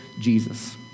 Jesus